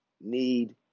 need